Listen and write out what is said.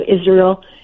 Israel